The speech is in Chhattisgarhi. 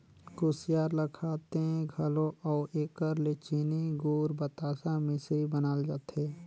कुसियार ल खाथें घलो अउ एकर ले चीनी, गूर, बतासा, मिसरी बनाल जाथे